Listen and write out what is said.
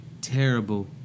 terrible